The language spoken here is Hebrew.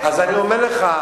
אז אני אומר לך,